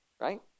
right